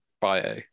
bio